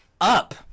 up